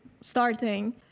starting